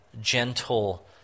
gentle